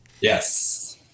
yes